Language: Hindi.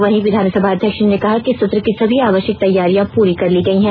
वहीं विधानसभा अध्यक्ष ने कहा कि सत्र की सभी आवश्यक तैयारियां पूरी कर ली गई है